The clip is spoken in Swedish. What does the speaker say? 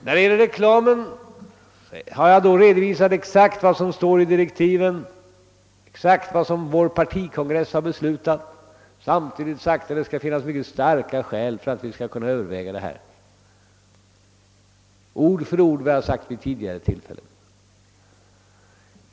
När det gäller reklamen har jag redovisat exakt vad som står i direktiven och exakt vad vår partikongress har beslutat. Samtidigt har jag förklarat att det skall finnas mycket starka skäl för att vi skall kunna överväga ett system med reklam. Det är ord för ord vad jag har yttrat vid tidigare tillfällen.